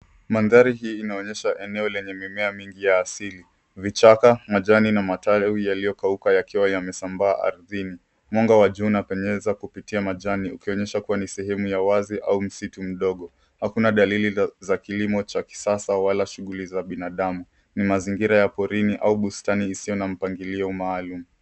Mandhari hii inaonyesha eneo lenye mimea mingi ya asili. Vichaka, majani na matawi yaliyokauka yakiwa yamesambaa ardhini. Mwanga wa jua unapenyeza kupitia majani ukionyesha kuwa ni sehemu ya wazi au msitu mdogo. Hakuna dalili za kilimo cha kisasa wala shughuli za binadamu. Ni mazingira ya porini au bustani isiyo na mpangilio maalum.